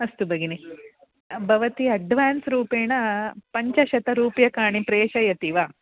अस्तु भगिनि भवती अड्वान्स् रूपेण पञ्चशतरूप्यकाणि प्रेषयति वा